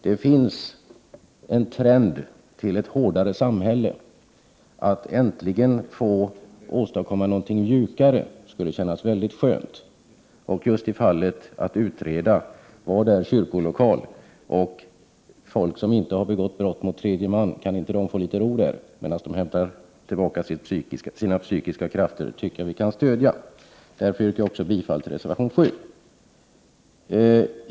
Det finns en trend i ett hårdare samhälle att äntligen få åstadkomma något mjukare, och det skulle kännas mycket skönt. Detta gäller just när det gäller att utreda vad som kan kallas för kyrkolokal. Kan inte folk som inte har begått brott mot tredje man få litet ro där medan de hämtar tillbaka sina psykiska krafter? Det tycker jag att vi kan stödja. Jag yrkar bifall till reservation 7.